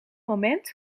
moment